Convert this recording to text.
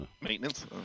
Maintenance